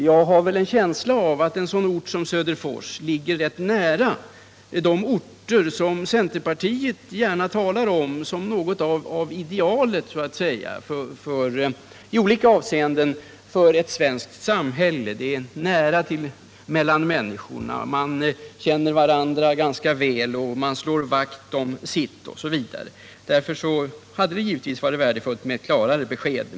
Jag har en känsla av att Söderfors ligger rätt nära de orter som centerpartiet gärna talar om som något av ideal i olika avseenden för ett svenskt samhälle. Det är nära mellan människor, man känner varandra väl, man slår solidariskt vakt om sitt, osv. Därför hade det givetvis varit värdefullt med klarare besked.